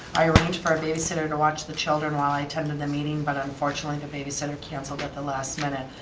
i arranged for a babysitter to watch the children while i attended the meeting but unfortunately the baby sitter canceled at the last minute.